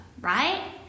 right